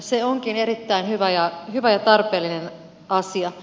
se onkin erittäin hyvä ja tarpeellinen asia